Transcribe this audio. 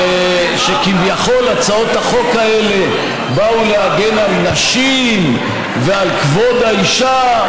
שכביכול הצעות החוק האלה באו להגן על נשים ועל כבוד האישה,